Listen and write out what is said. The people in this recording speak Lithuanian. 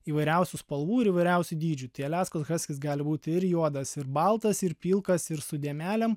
įvairiausių spalvų ir įvairiausių dydžių tai aliaskos haskis gali būti ir juodas ir baltas ir pilkas ir su dėmelėm